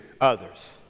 others